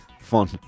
fun